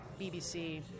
BBC